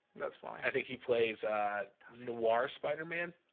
that's fine i think he plays a war spider-man.